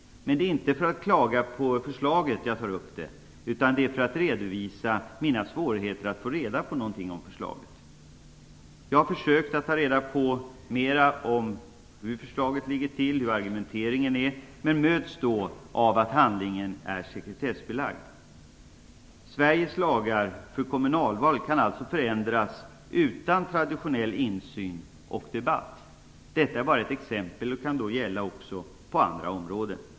Det är inte för att klaga på förslaget som jag tagit upp det här, utan det har jag gjort för att jag ville redovisa mina svårigheter att få reda på något om förslaget. Jag har försökt att ta reda på mera om hur förslaget ligger till och om argumenteringen. Men jag har mötts med argumentet att handlingen är sekretessbelagd. Sveriges lagar för kommunalval kan alltså förändras utan traditionell insyn och debatt. Detta är bara ett exempel, och det här kan gälla också på andra områden.